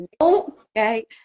okay